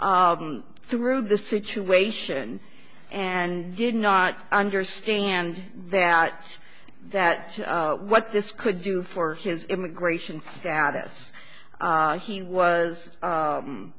through the situation and did not understand that that what this could do for his immigration status he was